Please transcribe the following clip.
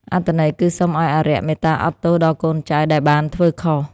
អត្ថន័យគឺសុំឱ្យអារក្សមេត្តាអត់ទោសដល់កូនចៅដែលបានធ្វើខុស។